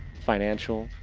financial,